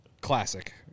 Classic